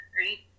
right